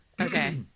Okay